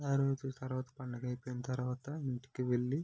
ఆ రోజు తరువాత పండగ అయిపోయిన తరువాత ఇంటికి వెళ్ళి